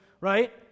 right